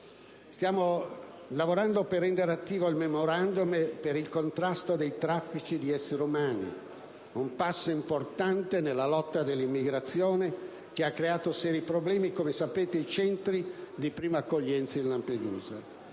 Stiamo lavorando per rendere attivo il *memorandum* per il contrasto ai traffici di esseri umani: un passo importante nella lotta all'immigrazione, che ha creato seri problemi, come sapete, ai centri di prima accoglienza di Lampedusa.